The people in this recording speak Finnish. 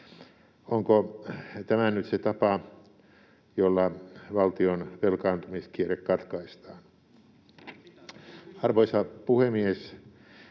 Onko tämä nyt se tapa, jolla valtion velkaantumiskierre katkaistaan? Arvoisa puhemies!